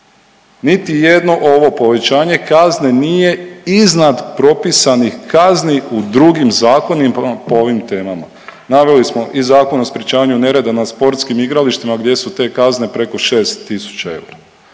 Niti jedno ovo povećanje kazne nije iznad propisanih kazni u drugim zakonima po ovim temama. Naveli smo i Zakon o sprječavanju nereda na sportskim igralištima gdje su te kazne preko 6 000 eura,